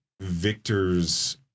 victor's